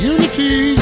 Unity